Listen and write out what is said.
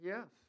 Yes